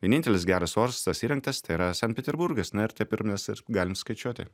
vienintelis geras uostas įrengtas tai yra sankt peterburgas na ir taip ir mes ir galim skaičiuoti